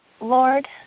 Lord